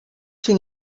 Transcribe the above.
się